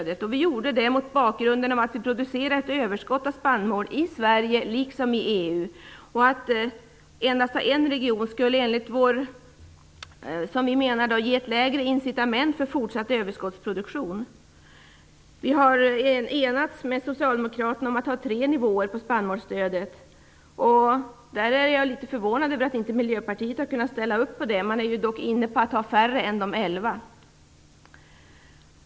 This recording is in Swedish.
Det gjorde vi mot bakgrund av att det produceras ett överskott av spannmål i Sverige liksom i EU. Att ha endast en region skulle enligt vår mening ge ett lägre incitament för fortsatt överskottsproduktion. Vi har med socialdemokraterna enats om att ha tre nivåer för spannmålsstödet. Jag är litet förvånad över att Miljöpartiet inte har kunnat ställa sig bakom det. Det gäller ändock färre nivåer än elva.